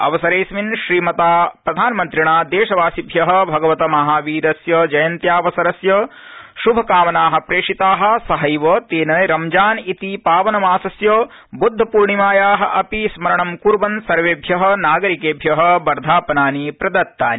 अवसरर्षिमन् श्रीमता प्रधानमन्त्रिणा दर्ध्वासिभ्य भगवत महावीर जयन्त्यावसरस्य श्भकामना प्रषिता सहद्वीतक्रिमजान इति पावनमासस्य बुद्धपूर्णिमाया अपि स्मरणं कुर्वन् सर्वेभ्य नागरिक्ष्यि वर्धापनानि प्रदत्तानि